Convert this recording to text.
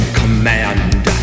command